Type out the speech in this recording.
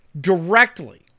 directly